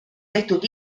tehtud